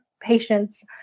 patients